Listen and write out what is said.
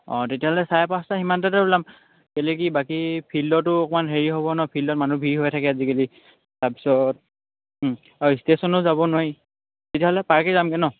অঁ তেতিয়াহ'লে চাৰে পাঁচটা সিমানটাতে ওলাম তেতিয়াহ'লে কি বাকী ফিল্ডতো অকণমান হেৰি হ'ব ন ফিল্ডত মানুহ ভিৰ হৈ থাকে আজিকালি তাৰপিছত ষ্টেশ্যনো যাব নোৱাৰি তেতিয়াহ'লে পাৰ্কেই যামগৈ ন